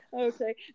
Okay